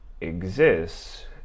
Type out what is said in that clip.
exists